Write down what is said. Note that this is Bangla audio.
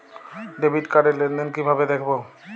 ডেবিট কার্ড র লেনদেন কিভাবে দেখবো?